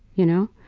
you know.